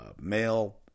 male